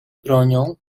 bronią